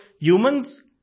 humans